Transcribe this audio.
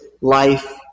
life